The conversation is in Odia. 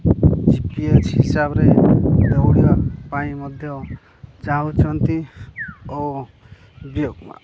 ଜିପିଏସ୍ ହିସାବରେ ଦୌଡ଼ିବା ପାଇଁ ମଧ୍ୟ ଚାହୁଁଛନ୍ତି ଓ ବ୍ୟକ